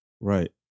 Right